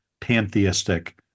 pantheistic